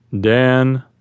Dan